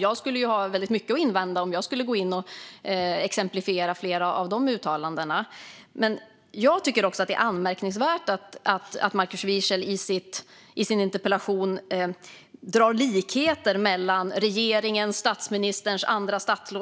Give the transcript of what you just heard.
Jag skulle ha mycket att invända om jag skulle gå in och exemplifiera flera av de uttalandena. Jag tycker också att det är anmärkningsvärt att Markus Wiechel i sin interpellation drar paralleller mellan regeringens, statsministerns och andra